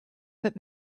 but